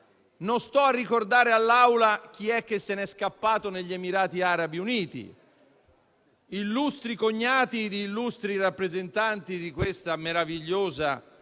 non sto a ricordare all'Aula chi è scappato negli Emirati Arabi Uniti: illustri cognati di illustri rappresentanti di questa meravigliosa